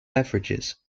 beverages